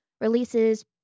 Releases